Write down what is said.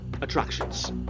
attractions